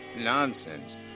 Nonsense